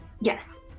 Yes